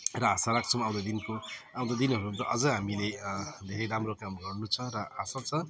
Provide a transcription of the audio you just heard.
र आशा राख्छौँ आउँदो दिनको आउँदो दिनहरूमा अझ हामीले धेरै राम्रो काम गर्नु छ र आशा छ